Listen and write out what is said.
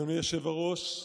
אדוני היושב-ראש,